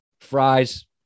fries